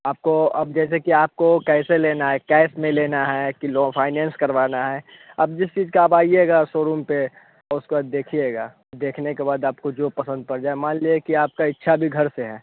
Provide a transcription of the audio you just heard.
आपको अब जैसे कि आपको कैसे लेना है कैश में लेना है कि लो फाइनैंस करवाना है अब जिस चीज़ का आप आईएगा शोरूम पर और उसके बाद देखिएगा देखने के बाद आपको जो पसंद पड़ जाए मान लीजिए कि आपका इच्छा अभी घर से है